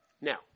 Now